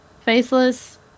faceless